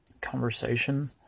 conversation